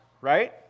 right